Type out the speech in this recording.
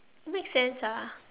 make sense ah